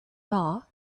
bar